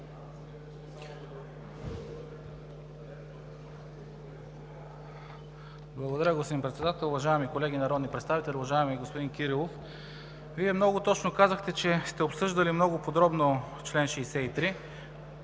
Благодаря, господин Председател. Уважаеми колеги народни представители! Уважаеми господин Кирилов, Вие много точно казахте, че сте обсъждали много подробно чл. 63.